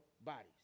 bodies